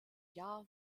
jahr